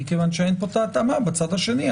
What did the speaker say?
מכיוון שאין התאמה בצד השני.